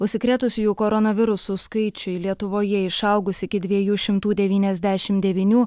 užsikrėtusiųjų koronavirusu skaičiui lietuvoje išaugus iki dviejų šimtų devyniasdešimt devynių